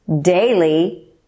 daily